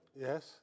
yes